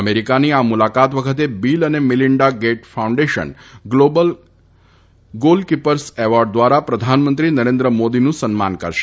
અમેરિકાની આ મુલાકાત વખતે બીલ અને Melinda Gates Foundation Global Goalkeepers Award દ્વારા પ્રધાનમંત્રી નરેન્દ્ર માદીનું સન્માન કરાશે